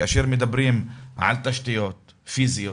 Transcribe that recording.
כאשר מדברים על תשתיות פיזיות,